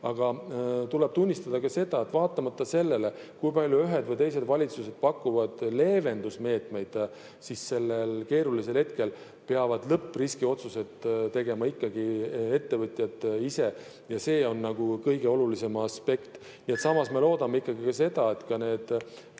Aga tuleb tunnistada ka seda, et vaatamata sellele, kui palju ühed või teised valitsused pakuvad leevendusmeetmeid, siis sellel keerulisel hetkel peavad lõppriskiotsused tegema ikkagi ettevõtjad ise. See on nagu kõige olulisem aspekt. Samas me loodame ikkagi ka seda, et toetused